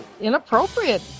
inappropriate